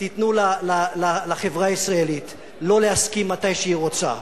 תנו לחברה הישראלית לא להסכים כשהיא רוצה.